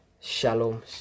Shalom